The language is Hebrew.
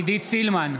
עידית סילמן,